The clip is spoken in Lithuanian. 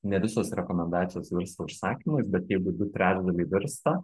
ne visos rekomendacijos virsta užsakymais bet jeigu du trečdaliai virsta